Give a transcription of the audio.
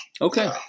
Okay